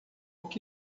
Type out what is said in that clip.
que